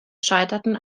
scheiterten